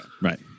Right